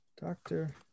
doctor